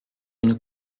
une